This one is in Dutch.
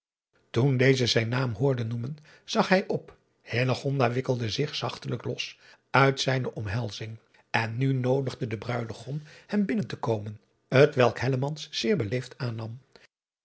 oen deze zijn naam hoorde noemen zag hij op wikkelde zich zachtelijk los uit zijne omhelzing en nu noodigde de ruidegom hem binnen te komen t welk zeer beleesd aannam